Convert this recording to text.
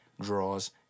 draws